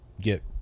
get